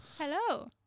Hello